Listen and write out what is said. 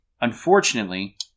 unfortunately